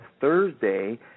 Thursday